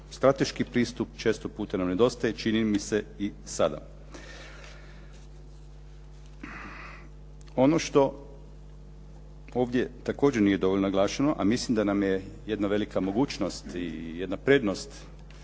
strateški pristup često puta nam nedostaje čini mi se i sada. Ono što ovdje također nije dovoljno naglašeno, a mislim da nam je jedna velika mogućnost i jedna prednost